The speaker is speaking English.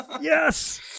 Yes